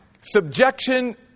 subjection